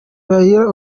raila